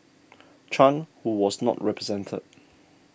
Chan who was not represented